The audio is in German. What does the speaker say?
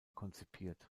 konzipiert